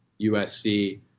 USC